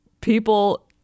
people